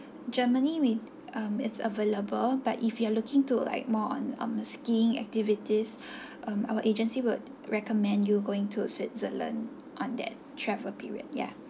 germany we um it's available but if you are looking to like more on um skiing activities um our agency would recommend you going to switzerland on that travel period yeah